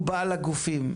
הוא בעל הגופים.